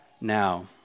now